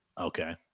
okay